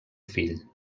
fill